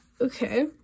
Okay